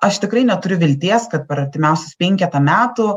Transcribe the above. aš tikrai neturiu vilties kad per artimiausius penketą metų